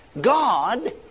God